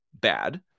bad